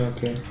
Okay